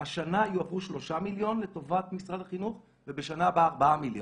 שהשנה יועברו 3 מיליון לטובת משרד החינוך ובשנה הבאה 4 מיליון.